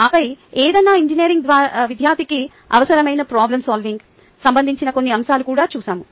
ఆపై ఏదైనా ఇంజనీరింగ్ విద్యార్థికి అవసరమైన ప్రోబ్లెమ్ సాల్వింగ్ సంబంధించిన కొన్ని అంశాలను కూడా చూశాము